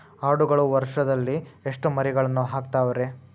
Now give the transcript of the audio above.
ಆಡುಗಳು ವರುಷದಲ್ಲಿ ಎಷ್ಟು ಮರಿಗಳನ್ನು ಹಾಕ್ತಾವ ರೇ?